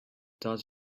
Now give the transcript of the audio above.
does